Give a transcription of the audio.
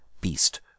beast